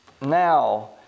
now